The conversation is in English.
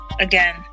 again